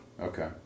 Okay